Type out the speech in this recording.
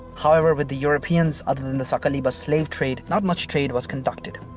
however, with the europeans, other than the saqaliba slave trade, not much trade was conducted.